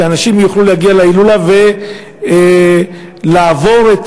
שהאנשים יוכלו להגיע להילולה ולעבור את